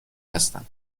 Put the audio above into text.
هستن